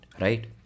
right